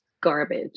garbage